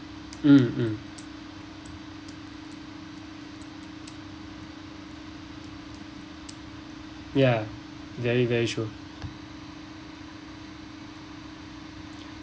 mm mm ya very very sure